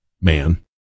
man